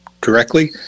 directly